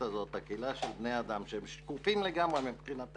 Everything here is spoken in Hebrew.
הזאת את קהילת בני האדם שהם שקופים לגמרי מבחינתנו,